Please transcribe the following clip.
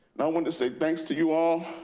and i want to say thanks to you all